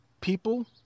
people